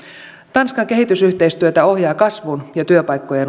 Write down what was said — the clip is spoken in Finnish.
tanskan kehitysyhteistyötä ohjaa kasvun ja työpaikkojen